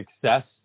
success